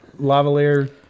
lavalier